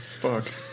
Fuck